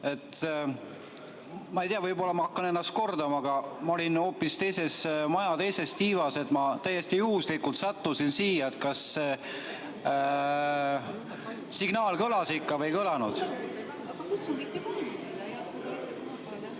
Ma ei tea, võib-olla ma hakkan ennast kordama, aga ma olin hoopis maja teises tiivas. Ma täiesti juhuslikult sattusin siia. Kas signaal ikka kõlas või ei kõlanud?